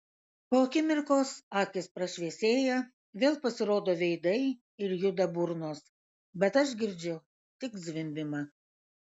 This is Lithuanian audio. po akimirkos akys prašviesėja vėl pasirodo veidai ir juda burnos bet aš girdžiu tik zvimbimą